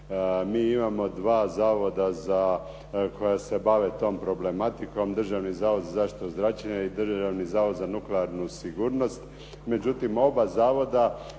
Mi imamo dva zavoda koja se bave tom problematikom Državni zavod za zaštitu zračenja i Državni zavod za nuklearnu sigurnost.